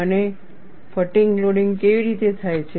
અને fatigue loading કેવી રીતે થાય છે